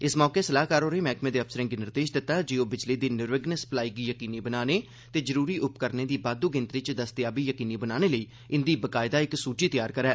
इस मौके स्लाहकार होरें मैहकमे दे अफसर्रे गी निर्देश दिता जे बिजली दी निर्विघन सप्लाई गी यकीनी बनाने लेई जरुरी उपकरणें दी बाद्द् गिनत्री च दस्तयाबी यकीनी बनाने लेई इन्दी बाकायदा इक सूचि त्यार करन